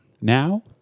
Now